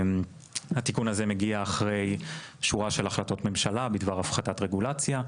התיקון הזה מגיע אחרי שורה של החלטות ממשלה בדבר הפחתת רגולציה.